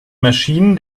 maschinen